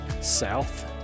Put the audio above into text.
south